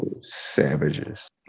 Savages